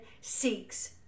seeks